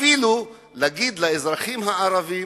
אפילו להגיד לאזרחים הערבים: